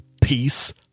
peace